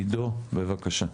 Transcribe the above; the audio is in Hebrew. עידו, בבקשה.